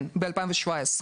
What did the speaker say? בשנת 2017,